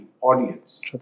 audience